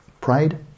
pride